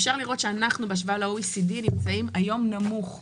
אפשר לראות שבהשוואה ל-OECD אנחנו נמצאים נמוך היום.